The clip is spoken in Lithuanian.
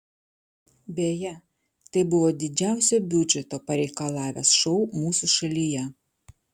beje tai buvo didžiausio biudžeto pareikalavęs šou mūsų šalyje